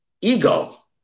ego